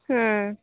ᱦᱩᱸᱻ